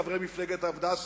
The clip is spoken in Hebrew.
חברי מפלגת העבודה,